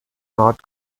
not